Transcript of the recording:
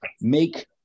Make